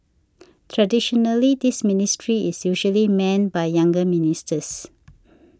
traditionally this ministry is usually manned by younger ministers